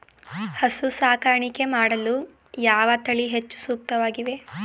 ಹಸು ಸಾಕಾಣಿಕೆ ಮಾಡಲು ಯಾವ ತಳಿ ಹೆಚ್ಚು ಸೂಕ್ತವಾಗಿವೆ?